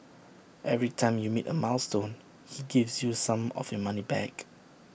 every time you meet A milestone he gives you some of your money back